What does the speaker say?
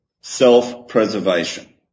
Self-preservation